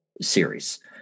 series